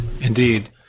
Indeed